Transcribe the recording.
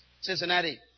Cincinnati